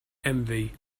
envy